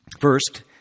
First